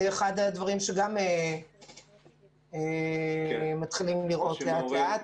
זה אחד הדברים שגם מתחילים לראות לאט לאט.